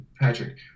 Patrick